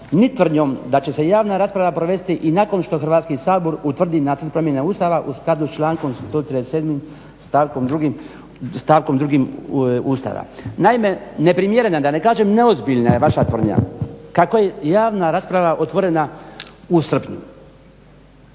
ni tvrdnjom da će se javna rasprava provesti i nakon što Hrvatski sabor utvrdi nacrt promjene Ustava u skladu s člankom 137. stavkom 2. Ustava. Naime, neprimjerena je, da ne kažem neozbiljna je vaša tvrdnja kako je javna rasprava otvorena u srpnju.